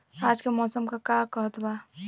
आज क मौसम का कहत बा?